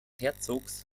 herzogs